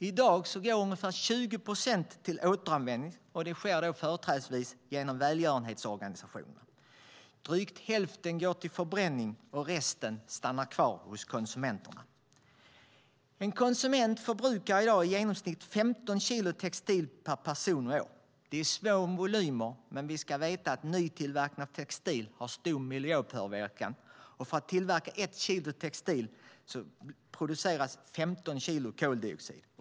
I dag går ungefär 20 procent till återanvändning, och det sker företrädesvis genom välgörenhetsorganisationer. Drygt hälften går till förbränning, och resten stannar kvar hos konsumenterna. En konsument förbrukar i dag i genomsnitt 15 kilo textil per person och år. Det är små volymer, men vi ska veta att nytillverkad textil har stor miljöpåverkan - för att tillverka 1 kilo textil produceras 15 kilo koldioxid.